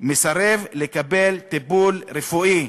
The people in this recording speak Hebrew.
מסרב לקבל טיפול רפואי.